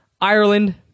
Ireland